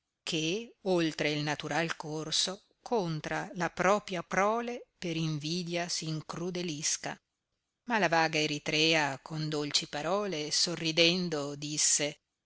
che oltre il naturai corso contra la propia prole per invidia s incrudelisca ma la vaga eritrea con dolci parole sorridendo disse